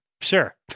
sure